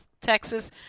Texas